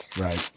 Right